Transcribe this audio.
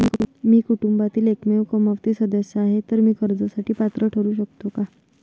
मी कुटुंबातील एकमेव कमावती सदस्य आहे, तर मी कर्जासाठी पात्र ठरु शकतो का?